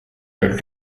are